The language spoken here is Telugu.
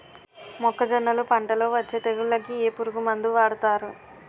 మొక్కజొన్నలు పంట లొ వచ్చే తెగులకి ఏ పురుగు మందు వాడతారు?